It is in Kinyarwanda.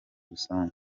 rusange